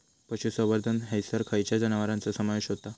पशुसंवर्धन हैसर खैयच्या जनावरांचो समावेश व्हता?